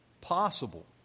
possible